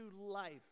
life